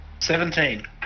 Seventeen